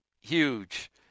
huge